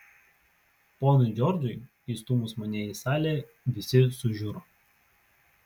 ponui džordžui įstūmus mane į salę visi sužiuro